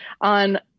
on